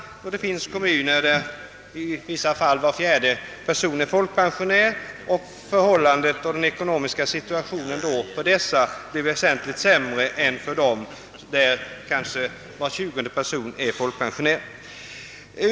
Det finns kommuner där var fjärde person är folkpensionär, och den ekonomiska situationen för dem blir då sämre än i kommuner där låt mig säga var tjugonde person är folkpensionär.